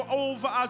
over